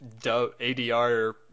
ADR